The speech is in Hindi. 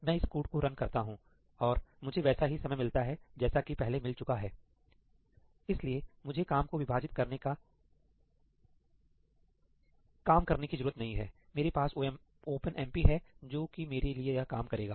मैं इस कोड को रन करता हूं और मुझे वैसा ही समय मिलता है जैसा कि पहले मिल चुका है इसलिएमुझे काम को विभाजित करने का काम करने की जरूरत नहीं है मेरे पास ओपनएमपी है जो कि मेरे लिए यह काम करेगा